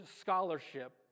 scholarship